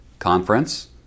conference